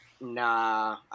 nah